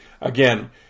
Again